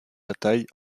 bataille